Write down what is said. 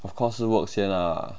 of course 是 work 先啦